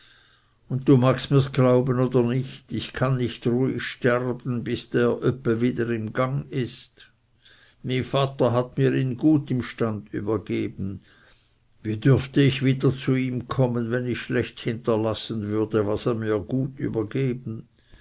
und du magst mirs glauben oder nicht ich kann nicht ruhig sterben bis der öppe wieder im gang ist my vater hat mir ihn gut im stand übergeben wie dürfte ich wieder zu ihm kommen wenn ich schlecht hinterlassen würde was er mir gut übergeben